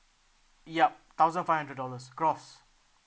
yup thousand five hundred dollars gross